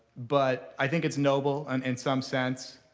but i think it's noble, and in some sense.